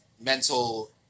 mental